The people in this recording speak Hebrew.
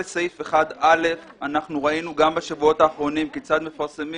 לסעיף 1א ראינו גם בשבועות האחרונים כיצד מפרסמים